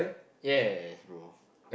yes bro